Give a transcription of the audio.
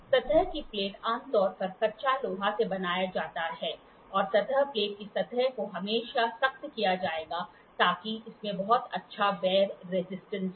सतह की प्लेट आमतौर पर कच्चा लोहा से बनाया जाता है और सतह प्लेट की सतह को हमेशा सख्त किया जाएगा ताकि इसमें बहुत अच्छा वेयर रेजिस्टेंस हो